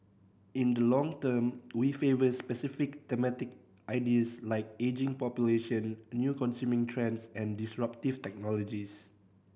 in the long term we favour specific thematic ideas like ageing population new consuming trends and disruptive technologies